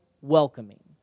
welcoming